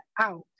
out